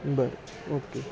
बरं ओके